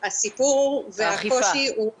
הסיפור והקושי הוא באכיפה.